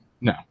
No